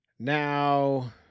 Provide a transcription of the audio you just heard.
Now